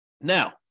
Now